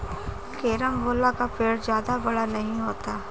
carambola का पेड़ जादा बड़ा नहीं होता